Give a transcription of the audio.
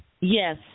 Yes